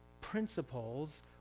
principles